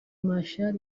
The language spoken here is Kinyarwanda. machar